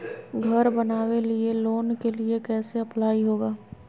घर बनावे लिय लोन के लिए कैसे अप्लाई होगा?